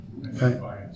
Right